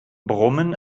brummen